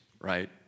right